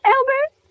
Albert